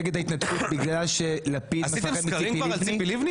נגד ההתנתקות בגלל שלפיד מפחד מציפי לבני?